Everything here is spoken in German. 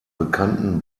bekannten